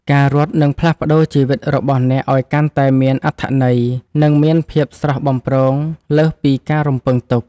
ការរត់នឹងផ្លាស់ប្តូរជីវិតរបស់អ្នកឱ្យកាន់តែមានអត្ថន័យ និងមានភាពស្រស់បំព្រងលើសពីការរំពឹងទុក។